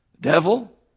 Devil